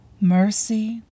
Mercy